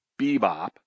bebop